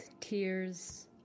tears